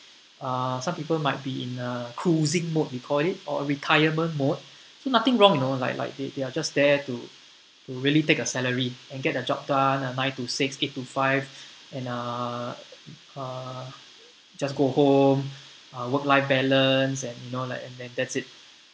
uh some people might be in a cruising mode we called it or retirement mode so nothing wrong you know like like they they are just there to really take a salary and get the job done nine to six eight to five and uh uh just go home uh work life balance and you know like and then that's it